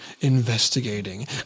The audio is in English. investigating